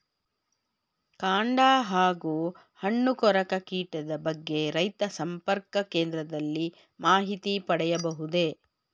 ಕಾಂಡ ಹಾಗೂ ಹಣ್ಣು ಕೊರಕ ಕೀಟದ ಬಗ್ಗೆ ರೈತ ಸಂಪರ್ಕ ಕೇಂದ್ರದಲ್ಲಿ ಮಾಹಿತಿ ಪಡೆಯಬಹುದೇ?